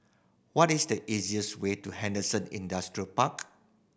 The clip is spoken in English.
what is the easiest way to Henderson Industrial Park